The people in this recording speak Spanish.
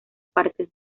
partes